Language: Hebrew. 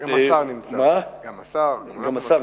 גם השר נמצא.